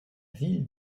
ville